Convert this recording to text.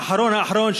האחרון-אחרון,